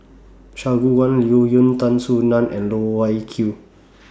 Shangguan Liuyun Tan Soo NAN and Loh Wai Kiew